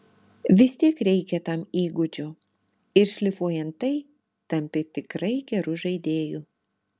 vistiek reikia tam įgūdžių ir šlifuojant tai tampi tikrai geru žaidėju